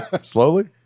Slowly